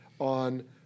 on